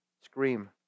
Scream